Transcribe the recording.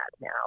now